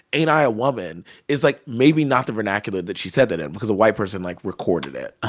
ain't i a woman is, like, maybe not the vernacular that she said that in because a white person, like, recorded it,